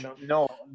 no